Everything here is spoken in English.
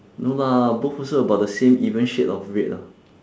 no lah both also about the same even shade of red lah